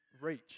reach